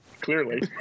clearly